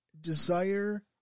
desire